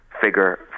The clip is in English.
figure